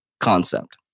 concept